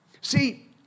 See